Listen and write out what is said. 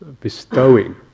bestowing